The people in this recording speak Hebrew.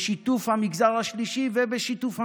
בשיתוף המגזר השלישי ובשיתוף המדינה.